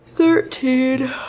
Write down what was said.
Thirteen